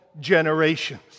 generations